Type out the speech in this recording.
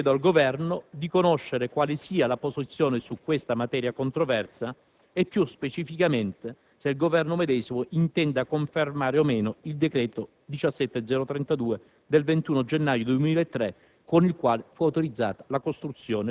e chiedo al Governo di conoscere quale sia la posizione su questa materia controversa e più specificamente se il Governo medesimo intenda confermare o meno il decreto n. 17032 del 21 gennaio 2003